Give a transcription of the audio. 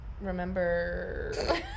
Remember